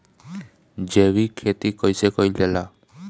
जैविक खेती कईसे कईल जाला?